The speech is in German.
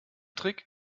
trick